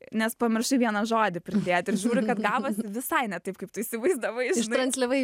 nes pamiršai vieną žodį pridėt ir žiūri kad gavosi visai ne taip kaip tu įsivaizdavai transliavai